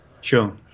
Sure